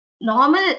normal